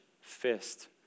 fist